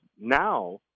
now